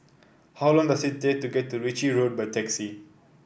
how long does it take to get to Ritchie Road by taxi